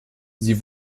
sie